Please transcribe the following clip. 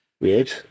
Weird